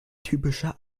typischer